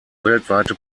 weltweite